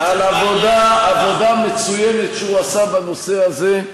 על עבודה מצוינת שהוא עשה בנושא הזה,